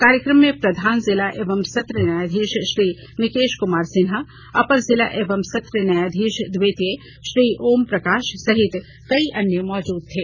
कार्यक्रम में प्रधान जिला एवं सत्र न्यायाधीश श्री मिकेश कुमार सिन्हा अपर जिला एवं सत्र न्यायाधीश द्वितीय श्री ओम प्रकाश सहित कई अन्य मौजूद थे